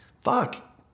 Fuck